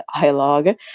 dialogue